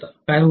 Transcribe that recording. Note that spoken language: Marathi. काय होईल